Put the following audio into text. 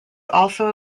also